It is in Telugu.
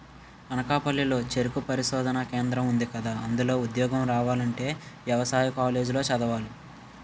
అనకాపల్లి లో చెరుకు పరిశోధనా కేంద్రం ఉందికదా, అందులో ఉద్యోగం రావాలంటే యవసాయ కాలేజీ లో చదవాలి